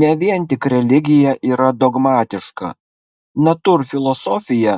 ne vien tik religija yra dogmatiška natūrfilosofija